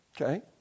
okay